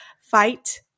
fight